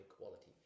quality